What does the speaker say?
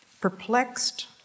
perplexed